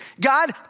God